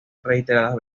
reiteradas